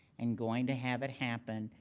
and going to have it happen,